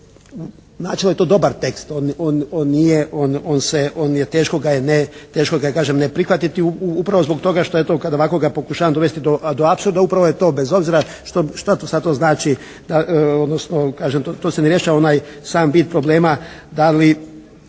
načelno je to dobar tekst, on nije, teško ga je kažem ne prihvatiti upravo zbog toga kada eto kada ovako ga pokušavam dovesti do apsurda upravo je to bez obzira šta to znači, odnosno to ne rješava onaj sam bit problema, da li